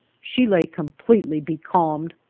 she lay completely becalmed,